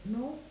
no